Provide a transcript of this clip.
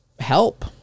help